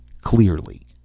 clearly